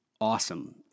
awesome